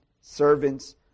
servants